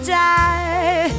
die